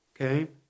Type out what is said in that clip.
okay